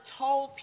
told